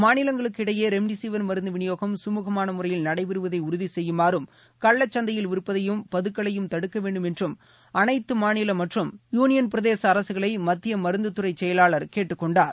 மாநிலங்களுக்கு இடையே ரெம்டிசிவர் மருந்து விநியோகம் சுமூகமான முறையில் நடைபெறுவதை உறுதி செய்யுமாறும் கள்ளச் சந்தையில் விற்பதையும் பதுக்கலையும் தடுக்க வேண்டும் என்றும் அனைத்து மாநில மற்றும் யூளியள் பிரதேச அரசுகளை மத்திய மருந்து துறை செயலாளர் கேட்டுக்கொண்டார்